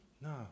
no